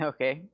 Okay